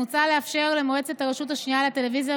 מוצע לאפשר למועצת הרשות השנייה לטלוויזיה